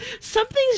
Something's